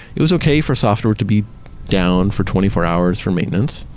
it was okay for software to be down for twenty four hours for maintenance,